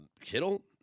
Kittle